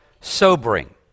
sobering